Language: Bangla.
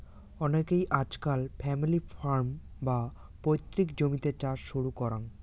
অনেইকে আজকাল ফ্যামিলি ফার্ম, বা পৈতৃক জমিতে চাষ শুরু করাং